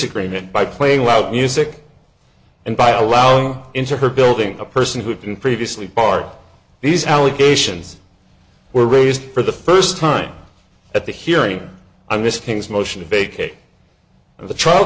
agreement by playing loud music and by allowing into her building a person who had been previously part these allegations were raised for the first time at the hearing i miss king's motion of a k of the trial